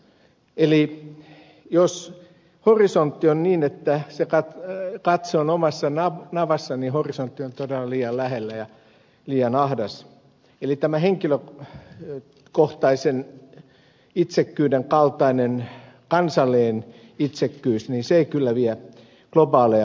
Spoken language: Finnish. eli jos horisontti on niin että katse on omassa navassa niin horisontti on todella liian lähellä ja liian ahdas eli tämä henkilökohtaisen itsekkyyden kaltainen kansallinen itsekkyys ei kyllä vie globaaleja päätöksiä eteenpäin